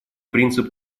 принцип